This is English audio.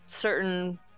certain